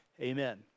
amen